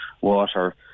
water